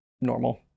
normal